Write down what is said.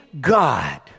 God